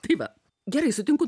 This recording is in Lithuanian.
tai va gerai sutinku